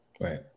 Right